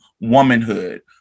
womanhood